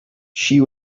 she